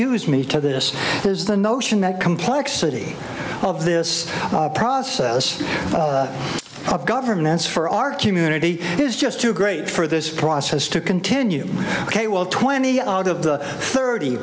cues me to this is the notion that complexity of this process of governance for our community is just too great for this process to continue ok well twenty odd of the thirty